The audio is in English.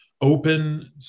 open